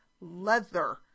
leather